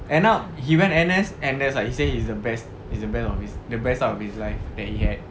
end up he went N_S and that's like he say is the best is the best of him is the best of his life that he had